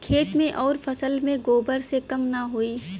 खेत मे अउर फसल मे गोबर से कम ना होई?